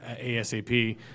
ASAP